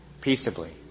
peaceably